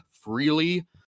freely